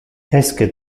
esque